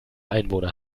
einwohner